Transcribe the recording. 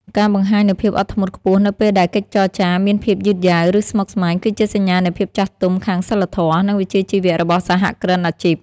ការបង្ហាញនូវភាពអត់ធ្មត់ខ្ពស់នៅពេលដែលកិច្ចចរចាមានភាពយឺតយ៉ាវ ឬស្មុគស្មាញ គឺជាសញ្ញានៃភាពចាស់ទុំខាងសីលធម៌ និងវិជ្ជាជីវៈរបស់សហគ្រិនអាជីព។